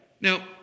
Now